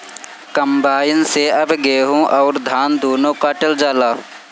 combine से अब गेहूं अउर धान दूनो काटल जाला